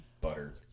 butter